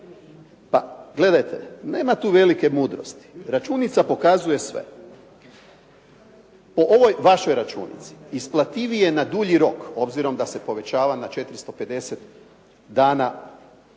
pa gledajte, nema tu velike mudrosti, računica pokazuje sve. Po ovoj vašoj računici isplativije ja na dulji rok, obzirom da se povećava na 450 dana